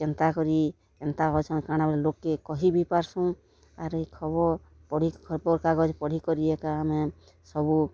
କେନ୍ତା କରି କେନ୍ତା ଅଛନ୍ କାଣା ବଲି ଲୋକ୍କେ କହିବି ପାର୍ସୁଁ ଆରୁ ଖବର୍ ପଢ଼ି ଖବର୍କାଗଜ୍ ପଢ଼ିକରି ଏକା ଆମେ ସବୁ